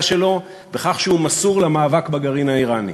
שלו בכך שהוא מסור למאבק בגרעין האיראני.